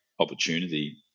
opportunity